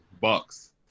Bucks